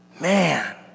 Man